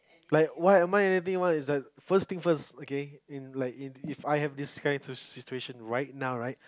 like what am I anything one is like first thing's first okay in like If I have this kind of situation right now right